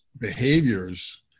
behaviors